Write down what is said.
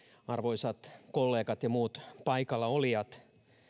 arvoisat kollegat ja muut paikalla olijat